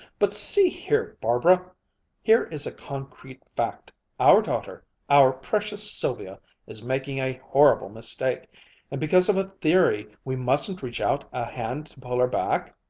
but see here, barbara here is a concrete fact our daughter our precious sylvia is making a horrible mistake and because of a theory we mustn't reach out a hand to pull her back.